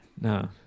No